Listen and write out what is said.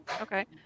Okay